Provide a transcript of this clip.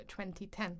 2010